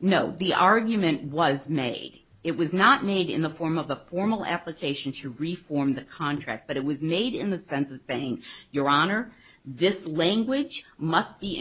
no the argument was made it was not made in the form of the formal application to reform the contract but it was made in the sense of thing your honor this language must be